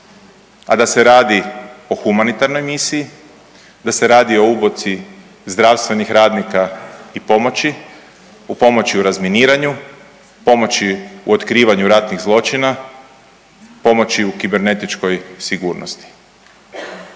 a da se radi o humanitarnoj misiji, da se radi o obuci zdravstvenih radnika i pomoći, u pomoći o razminiranju, pomoći u otkrivanju ratnih zločina, pomoći u kibernetičkoj sigurnosti.